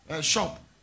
shop